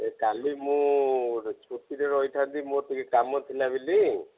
ଏ କାଲି ମୁଁ ଗୋଟେ ଛୁଟିରେ ରହିଥାନ୍ତି ମୋର ଟିକେ କାମ ଥିଲା ବୋଲିି